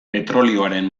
petrolioaren